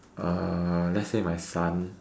uh let say my son